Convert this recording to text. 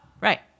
right